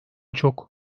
çok